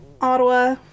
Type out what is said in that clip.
Ottawa